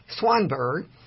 Swanberg